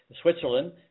Switzerland